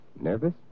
Nervous